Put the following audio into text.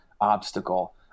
obstacle